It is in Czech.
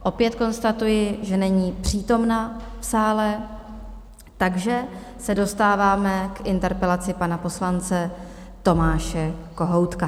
Opět konstatuji, že není přítomna v sále, takže se dostáváme k interpelaci pana poslanec Tomáše Kohoutka.